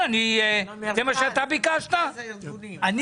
למרכז הארגונים.